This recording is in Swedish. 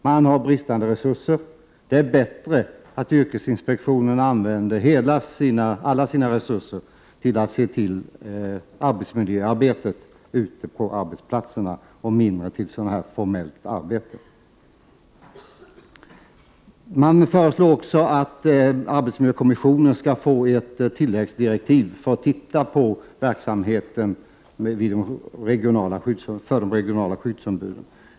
Det finns brister i resurserna, och det är bättre att yrkesinspektionen använder alla sina resurser till att se över arbetsmiljöarbetet ute på arbetsplatserna och mindre till det formella arbetet. Det föreslås också att arbetsmiljökommissionen skall få ett tilläggsdirektiv för att titta på verksamheten för de regionala skyddsombuden.